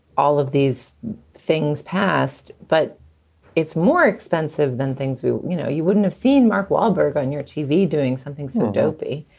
all of these things passed, but it's more expensive than things. you you know, you wouldn't have seen mark wahlberg on your tv doing something so dopey,